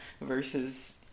versus